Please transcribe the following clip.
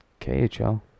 KHL